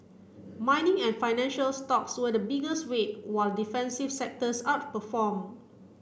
mining and financial stocks were the biggest weight while defensive sectors outperformed